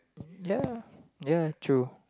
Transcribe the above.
ya ya true